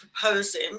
proposing